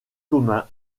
commun